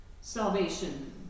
salvation